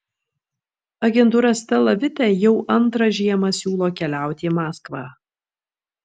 agentūra stela vite jau antrą žiemą siūlo keliauti į maskvą